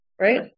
right